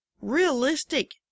realistic